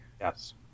Yes